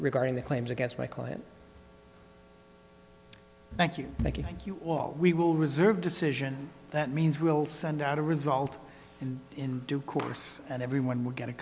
regarding the claims against my client thank you thank you thank you we will reserve decision that means we will send out a result in due course and everyone will get a